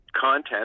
content